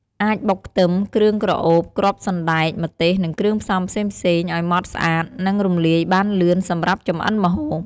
អាចបុកខ្ទឹម គ្រឿងក្រអូប គ្រាប់សណ្តែក ម្ទេស និងគ្រឿងផ្សំផ្សេងៗ ឲ្យម៉ត់ ស្អាត និងរំលាយបានលឿនសម្រាប់ចម្អិនម្ហូប។